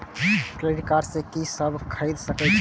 Credit card से की सब खरीद सकें छी?